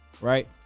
Right